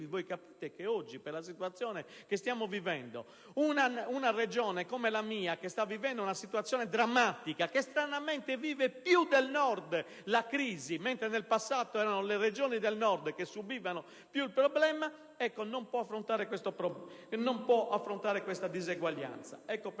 capite che oggi, per la situazione che stiamo vivendo, una Regione come la mia, che sta vivendo una situazione drammatica, che stranamente vive più del Nord la crisi (mentre in passato erano le Regioni del Nord che subivano maggiormente il problema) non può affrontare questa disuguaglianza.